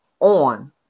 on